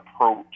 approach